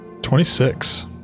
26